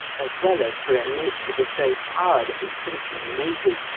as well as for a nature-bestowed power that was simply amazing,